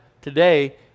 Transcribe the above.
today